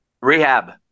Rehab